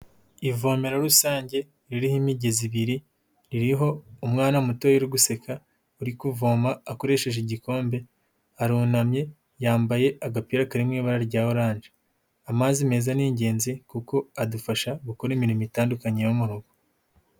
Ivomero rusange ririho imigezi ibiri, ririho umwana mutoya uri guseka, uri kuvoma akoresheje igikombe, arunamye yambaye agapira kariri mu ibara rya oranje, amazi meza ni ingenzi kuko adufasha gukora imirimo itandukanye yo mu rugo.